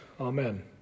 Amen